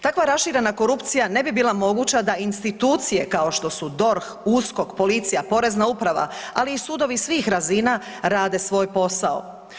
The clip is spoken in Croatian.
Takva raširena korupcija ne bi bila moguća da institucije kao što su DORH, USKOK, policija, Porezna uprava, ali i sudovi svih razina rade svoj posao.